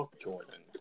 Jordan